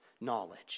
knowledge